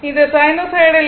இது சைனூசாய்டல் ஈ